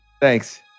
Thanks